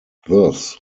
thus